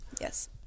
Yes